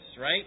right